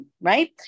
right